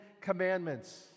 Commandments